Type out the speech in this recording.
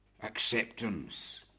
acceptance